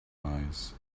eyes